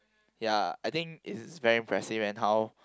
ya I think it is very impressive and how